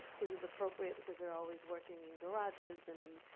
which is appropriate because they're always working in garages and in,